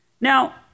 Now